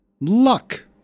Luck